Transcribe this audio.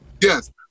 Yes